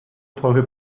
teure